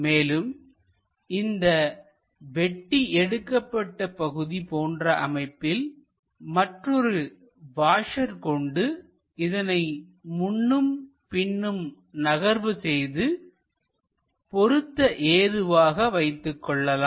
மேலும் இந்த வெட்டி எடுக்கப்பட்ட பகுதி போன்ற அமைப்பில் மற்றொரு வாஷர் கொண்டு இதனை முன்னும் பின்னும் நகர்வு செய்து பொருத்த ஏதுவாக வைத்துக் கொள்ளலாம்